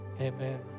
Amen